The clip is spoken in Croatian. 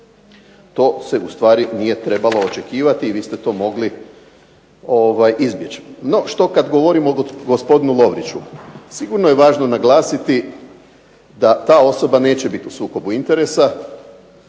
to se u stvari nije trebalo očekivati i vi ste to mogli izbjeći. No, što kad govorimo o gospodinu Lovriću. Sigurno je važno naglasiti da ta osoba neće biti u sukobu interesa